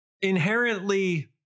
inherently